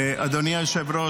אדוני היושב-ראש,